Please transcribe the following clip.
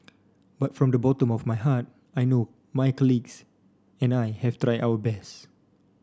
but from the bottom of my heart I know my colleagues and I have tried our best